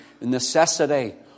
necessity